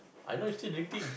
I know you still drinking